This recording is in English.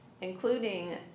including